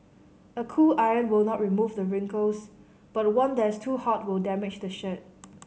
a cool iron will not remove the wrinkles but one that is too hot will damage the shirt